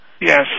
Yes